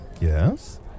yes